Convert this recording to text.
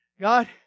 God